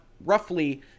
roughly